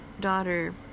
daughter